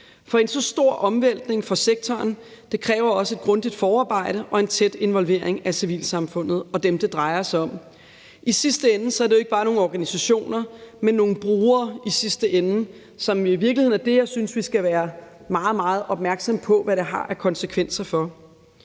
For en så stor omvæltning for sektoren kræver også et grundigt forarbejde og en tæt involvering af civilsamfundet og dem, det drejer sig om. I sidste ende er det jo ikke bare nogle organisationer, men nogle brugere, som i virkeligheden er dem, jeg synes vi skal være meget, meget opmærksomme på, i forhold til hvad det har konsekvenser.